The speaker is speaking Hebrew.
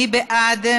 מי בעד?